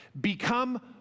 become